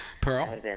Pearl